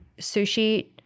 Sushi